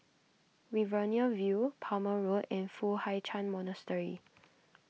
Riverina View Palmer Road and Foo Hai Ch'an Monastery